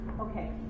Okay